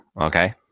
okay